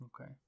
Okay